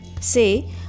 say